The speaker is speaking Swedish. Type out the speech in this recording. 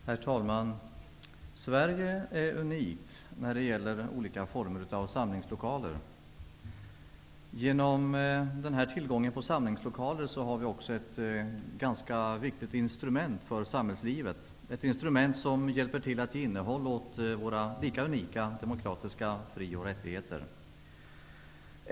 Herr talman! Sverige är unikt när det gäller olika former av samlingslokaler. Genom denna tillgång på samlingslokaler har vi också ett ganska viktigt instrument för samhällslivet, ett instrument som hjälper till att ge innehåll åt våra lika unika demokratiska fri och rättigheter.